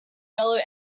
yellow